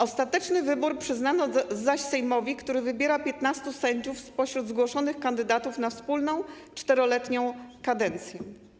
Ostateczny wybór przyznano zaś Sejmowi, który wybiera 15 sędziów spośród zgłoszonych kandydatów na wspólną 4-letnią kadencję.